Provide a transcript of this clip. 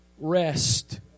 rest